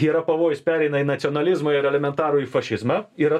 yra pavojus pereina į nacionalizmą ir elementarųjį fašizmą yra